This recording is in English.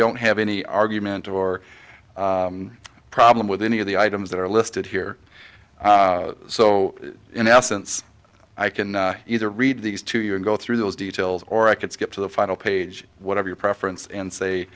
don't have any argument or problem with any of the items that are listed here so in essence i can either read these to you and go through those details or i could skip to the final page whatever your preference and say